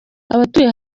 abatuye